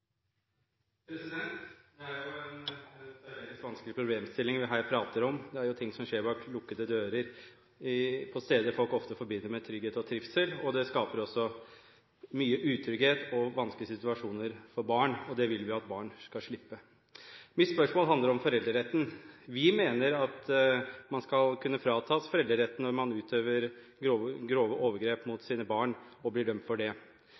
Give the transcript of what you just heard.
replikkordskifte. Det er en særdeles vanskelig problemstilling vi her prater om. Det er ting som skjer bak lukkede dører, på steder folk ofte forbinder med trygghet og trivsel. Det skaper også mye utrygghet og vanskelige situasjoner for barn, og det vil vi at barn skal slippe. Mitt spørsmål handler om foreldreretten. Vi mener at man skal kunne fratas foreldreretten når man utøver grove overgrep mot sine barn og blir dømt for det.